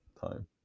time